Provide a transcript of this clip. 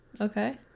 Okay